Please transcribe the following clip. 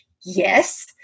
yes